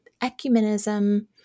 ecumenism